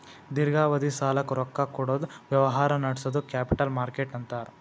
ದೀರ್ಘಾವಧಿ ಸಾಲಕ್ಕ್ ರೊಕ್ಕಾ ಕೊಡದ್ ವ್ಯವಹಾರ್ ನಡ್ಸದಕ್ಕ್ ಕ್ಯಾಪಿಟಲ್ ಮಾರ್ಕೆಟ್ ಅಂತಾರ್